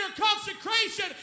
consecration